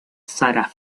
sarah